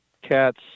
Cats